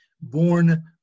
born